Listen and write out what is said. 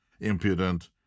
impudent